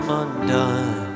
undone